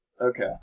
Okay